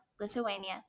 Lithuania